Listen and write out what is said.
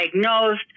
diagnosed